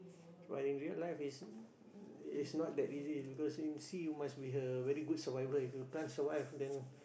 but in real life is is not that easy because in sea you must be a very good survivor if you can't survive then